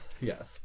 yes